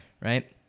right